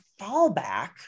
fallback